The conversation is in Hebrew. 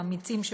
האמיצים שבחבורה,